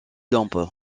lampe